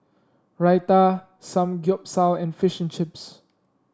Raita Samgyeopsal and Fish and Chips